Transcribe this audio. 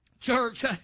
church